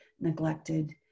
neglected